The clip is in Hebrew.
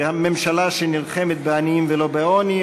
ממשלה שנלחמת בעניים ולא בעוני.